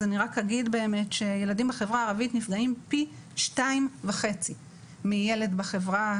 אני אגיד שילדים בחברה הערבית נפגעים פי 2.5 מילד בחברה